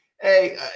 hey